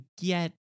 get